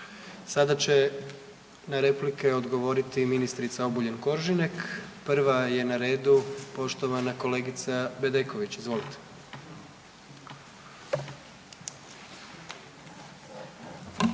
Sada će na replike odgovoriti i ministrica Obuljen Koržinek, prva je na redu poštovana kolegica Bedeković, izvolite.